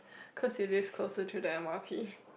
cause it is closer to the m_r_t